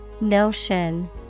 Notion